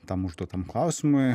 tam užduotam klausimui